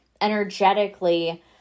energetically